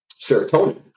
serotonin